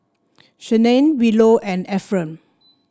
Shanae Willow and Efren